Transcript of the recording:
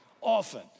often